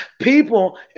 People